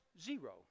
zero